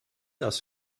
das